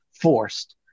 forced